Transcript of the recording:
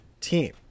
team